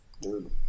dude